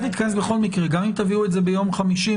תתכנס בכל מקרה גם אם תביאו את זה ביום חמישי.